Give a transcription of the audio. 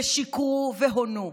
ושיקרו והונו.